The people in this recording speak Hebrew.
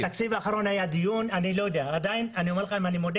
בתקציב האחרון היה דיון ואני לא יודע, אני מודה